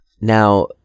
Now